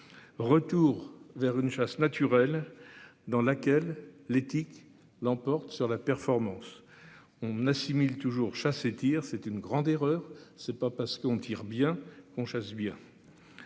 Retour vers une chasse naturelle dans laquelle l'éthique l'emporte sur la performance. On assimile toujours chassé tire c'est une grande erreur. C'est pas parce qu'on tire bien qu'on chasse bien.